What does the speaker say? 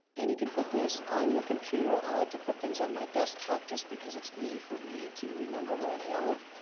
and you can put this on your computer. i like to put things on my desktop just because it's easy for me to remember where they are.